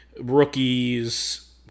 rookies